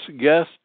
guest